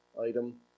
item